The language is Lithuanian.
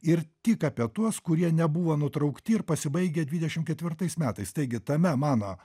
ir tik apie tuos kurie nebuvo nutraukti ir pasibaigę dvidešim ketvirtais metais taigi tame mano